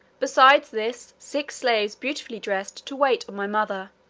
besides this, six slaves, beautifully dressed, to wait on my mother